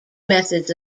methods